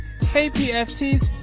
KPFTs